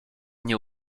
nie